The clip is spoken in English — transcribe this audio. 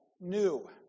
new